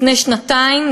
לפני שנתיים,